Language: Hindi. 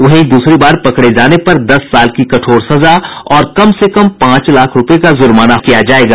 वहीं दूसरी बार पकड़े जाने पर दस साल की कठोर सजा और कम से कम पांच लाख रूपये का ज़र्माना किया जायेगा